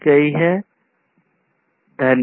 Thank you धन्यवाद